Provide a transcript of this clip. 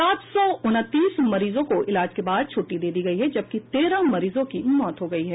सात सौ उनतीस मरीजों को इलाज के बाद छुट्टी दे दी गयी है जबकि तेरह मरीजों की मौत हुई है